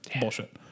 Bullshit